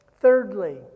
Thirdly